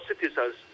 citizens